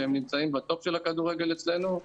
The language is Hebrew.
שנמצאים בטופ של הכדורגל אצלנו,